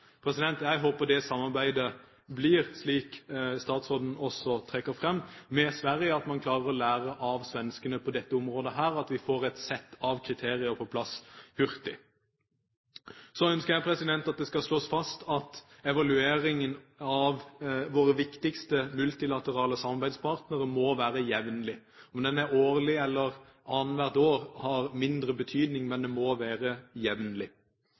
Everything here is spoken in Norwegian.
Jeg håper samarbeidet med Sverige blir slik, som også statsråden trekker fram, at man klarer å lære av svenskene på dette området, og at vi får et sett av kriterier på plass hurtig. Så ønsker jeg at det skal slås fast at evalueringen av våre viktigste multilaterale samarbeidspartnere må være jevnlig. Om den er årlig eller annethvert år, har mindre betydning, men det må være jevnlig.